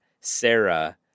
Sarah